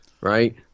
Right